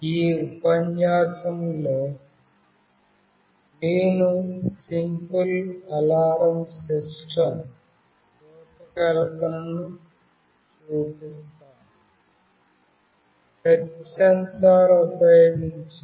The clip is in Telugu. ఈ ఉపన్యాసంలో నేను సింపుల్ అలారం సిస్టమ్ రూపకల్పనను చూపిస్తాను టచ్ సెన్సార్ ఉపయోగించి